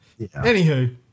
Anywho